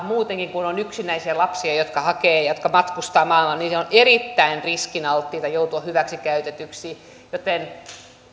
muutenkin kun on yksinäisiä lapsia jotka hakevat turvapaikkaa ja jotka matkustavat maailmalla niin he ovat erittäin riskialttiita joutumaan hyväksikäytetyiksi joten